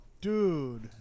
Dude